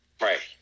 Right